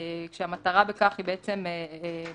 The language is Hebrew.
המטרה בכך היא בעצם במסגרת